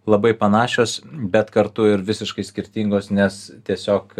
labai panašios bet kartu ir visiškai skirtingos nes tiesiog